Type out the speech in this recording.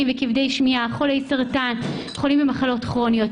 וכבדי שמיעה חולי סרטן וחולים במחלות כרוניות,